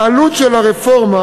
העלות של הרפורמה